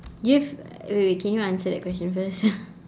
do you have uh wait wait can you answer the question first